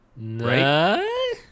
Right